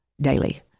daily